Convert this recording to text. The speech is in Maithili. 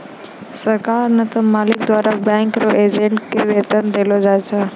सरकार नै त मालिक द्वारा बैंक रो एजेंट के वेतन देलो जाय छै